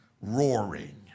roaring